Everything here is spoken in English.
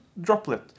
droplet